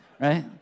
right